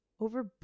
over